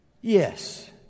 yes